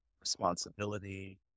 responsibility